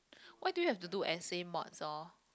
why do you have to do essays mods orh